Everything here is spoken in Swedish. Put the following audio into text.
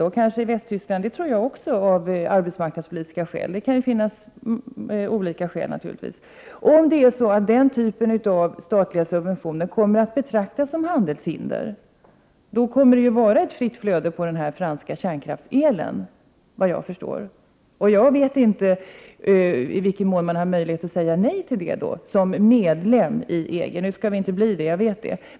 Det kan vara arbetsmarknadspolitiska skäl och naturligtvis även andra skäl. Om den typen av statliga subventioner kommer att betraktas som handelshinder, blir det, vad jag förstår, ett fritt flöde av den franska kärnkraftselen. Jag vet inte i vilken mån man som medlem i EG har möjlighet att säga nej till detta. Nu vet jag att vi inte skall bli medlemmar.